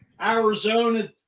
Arizona